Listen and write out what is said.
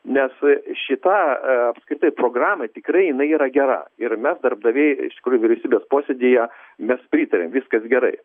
nes šita apskritai programa tikrai jinai yra gera ir mes darbdaviai iš tikrųjų vyriausybės posėdyje mes pritariam viskas gerai